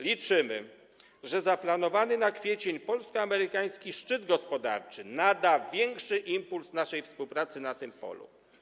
Liczymy, że zaplanowany na kwiecień polsko-amerykański szczyt gospodarczy nada większy impuls naszej współpracy na tym polu.